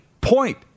point